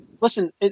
listen